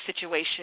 situation